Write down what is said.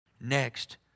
Next